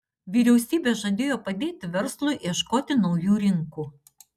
vyriausybė žadėjo padėti verslui ieškoti naujų rinkų